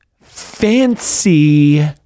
fancy